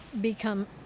become